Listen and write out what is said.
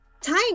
time